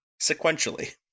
sequentially